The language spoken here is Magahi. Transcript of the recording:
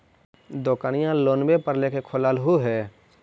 दोकनिओ लोनवे पर लेकर खोललहो हे?